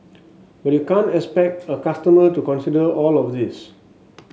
but you can't expect a customer to consider all of this